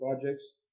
projects